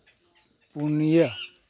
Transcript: ᱯᱩᱱᱤᱭᱟᱹ